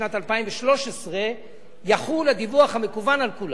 בשנת 2013 יחול הדיווח המקוון על כולם.